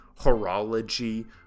horology